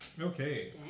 Okay